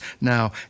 now